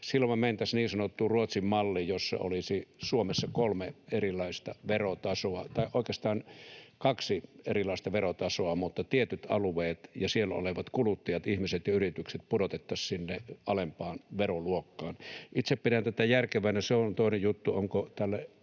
Silloin mentäisiin niin sanottuun Ruotsin malliin, jossa olisi Suomessa kolme erilaista verotasoa, tai oikeastaan kaksi erilaista verotasoa, mutta tietyt alueet ja siellä olevat kuluttajat, ihmiset ja yritykset pudotettaisiin alempaan veroluokkaan. Itse pidän tätä järkevänä. Se on toinen juttu, onko